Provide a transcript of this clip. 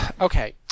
Okay